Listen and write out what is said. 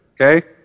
okay